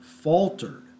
faltered